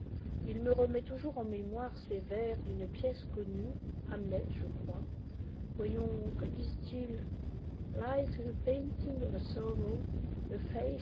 il me remet toujours en mémoire ces vers d'une pièce connue hamlet je crois voyons que disent-ils like